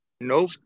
No